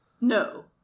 No